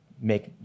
make